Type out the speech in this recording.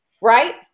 right